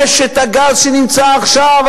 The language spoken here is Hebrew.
יש הגז שנמצא עכשיו,